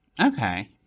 okay